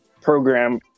program